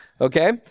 Okay